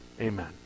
Amen